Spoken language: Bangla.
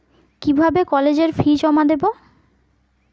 কিভাবে কলেজের ফি জমা দেবো?